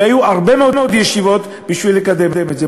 והיו הרבה מאוד ישיבות בשביל לקדם את זה.